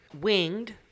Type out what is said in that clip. winged